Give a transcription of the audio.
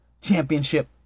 championship